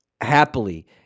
happily